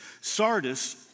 Sardis